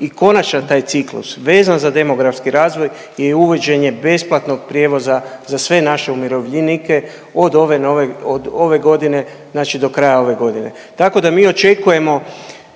i konačan taj ciklus vezan za demografski razvoj je uvođenje besplatnog prijevoza za sve naše umirovljenike od ove nove, od ove godine znači do kraja ove godine. Tako da, mi očekujemo